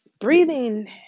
breathing